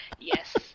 Yes